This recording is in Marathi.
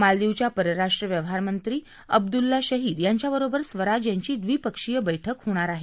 मालदीवच्या परराष्ट्र व्यवहारमंत्री अब्दुल्ला शहीद यांच्याबरोबर स्वराज यांची द्विपक्षीय बैठक होणार आहे